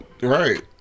Right